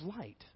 light